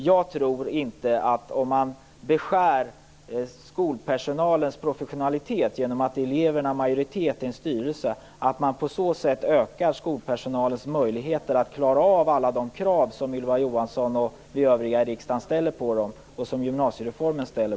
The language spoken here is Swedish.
Jag tror inte att man genom att beskära skolpersonalens professionalitet och ge eleverna majoritet i en styrelse ökar skolpersonalens möjligheter att klara av alla de krav som Ylva Johansson, vi övriga i riksdagen och gymnasiereformen ställer.